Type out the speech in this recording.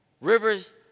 Rivers